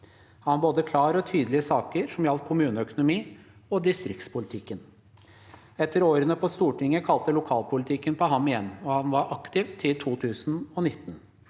Han var både klar og tydelig i saker som gjaldt kommuneøkonomi og distriktspolitikk. Etter årene på Stortinget kalte lokalpolitikken på ham igjen, og her var han aktiv til 2019.